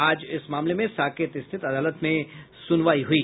आज इस मामले में साकेत स्थित अदालत में सुनवाई हुई